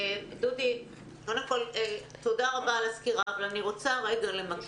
דודי, תודה רבה על הסקירה אבל אני רוצה למקד.